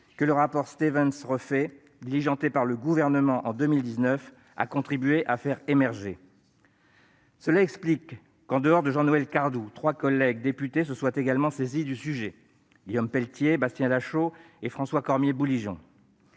Stevens et Michel Reffay, diligenté par le Gouvernement en 2019, a contribué à faire émerger. Cela explique que, en dehors de Jean-Noël Cardoux, trois collègues députés se soient également saisis du sujet : Guillaume Peltier, Bastien Lachaud et François Cormier-Bouligeon.